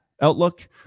Outlook